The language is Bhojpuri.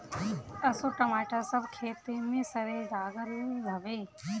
असो टमाटर सब खेते में सरे लागल हवे